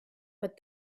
but